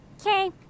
Okay